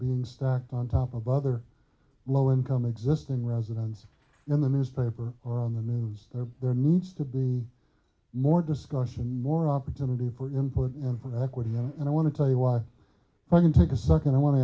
being stacked on top of other low income existing residents in the newspaper or on the news there needs to be more discussion and more opportunity for input input equity you know and i want to tell you why i can take a second i want to